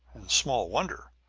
small wonder.